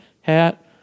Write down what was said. hat